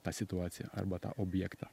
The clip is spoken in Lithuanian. tą situaciją arba tą objektą